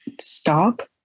stop